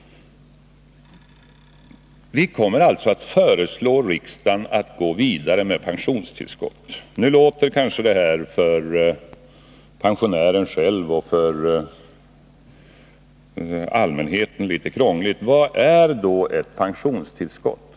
Vi kommer alltså att föreslå riksdagen att gå vidare med pensionstillskott. Det här låter kanske litet krångligt för pensionären själv och för allmänheten. Vad är då ett pensionstillskott?